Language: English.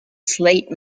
slate